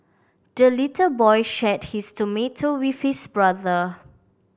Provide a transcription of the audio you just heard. the little boy shared his tomato with his brother